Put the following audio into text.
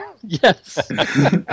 Yes